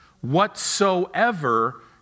whatsoever